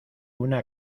una